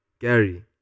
Gary